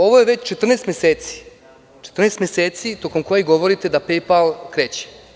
Ovo je već 14 meseci tokom kojih govorite da PayPal kreće.